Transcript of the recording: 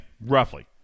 roughly